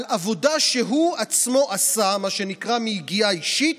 על עבודה שהוא עצמו עשה, מה שנקרא "מיגיעה אישית"